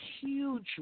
huge